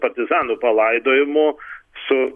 partizanų palaidojimų su